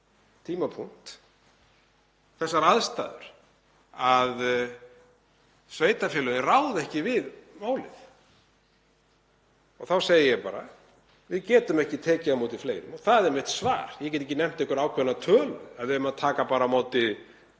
tímapunkt og aðstæður að sveitarfélögin ráði ekki við málið. Þá segi ég bara: Við getum ekki tekið á móti fleirum og það er mitt svar. Ég get ekki nefnt einhverja ákveðna tölu, að við eigum bara að taka á móti